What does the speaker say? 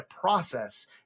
process